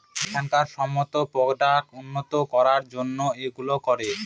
এখনকার সময়তো প্রোডাক্ট উন্নত করার জন্য এইগুলো করে